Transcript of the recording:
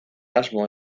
asmo